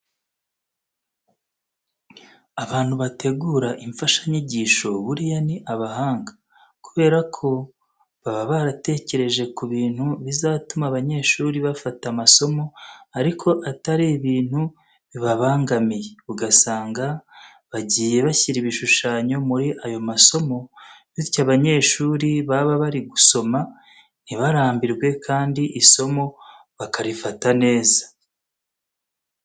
Abantu bategura imfashanyigisho buriya ni abahanga kubera ko baba baratekereje ku bintu bizatuma abanyeshuri bafata amasomo ariko atari ibintu bibabangamiye, ugasanga bagiye bashyira ibishushanyo muri ayo masomo bityo abanyeshuri baba bari gusoma ntibarambwirwe kandi isomo bakarifata neza.